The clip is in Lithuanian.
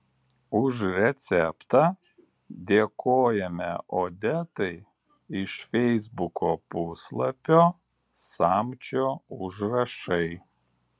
už receptą dėkojame odetai iš feisbuko puslapio samčio užrašai